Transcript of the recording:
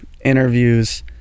interviews